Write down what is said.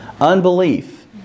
Unbelief